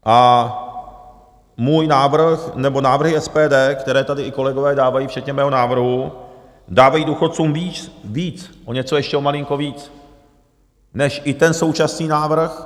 A můj návrh, nebo návrhy SPD, které tady i kolegové dávají, včetně mého návrhu dávají důchodcům víc, o něco, ještě o malinko víc než i ten současný návrh...